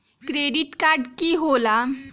Credit card की होला?